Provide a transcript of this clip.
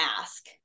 ask